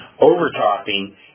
Overtopping